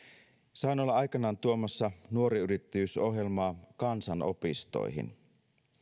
sain olla aikanaan tuomassa nuori yrittäjyys ohjelmaa kansanopistoihin